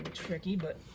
tricky, but.